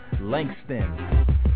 Langston